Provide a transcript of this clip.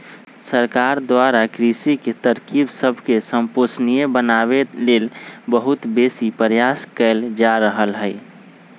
सरकार द्वारा कृषि के तरकिब सबके संपोषणीय बनाबे लेल बहुत बेशी प्रयास कएल जा रहल हइ